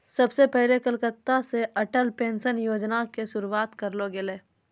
सभ से पहिले कलकत्ता से अटल पेंशन योजना के शुरुआत करलो गेलै